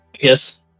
Yes